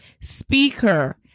speaker